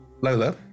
Lola